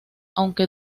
aunque